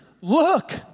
look